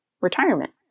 retirement